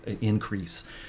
increase